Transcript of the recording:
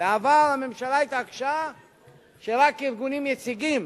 בעבר הממשלה התעקשה שרק ארגונים יציגים